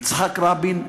יצחק רבין,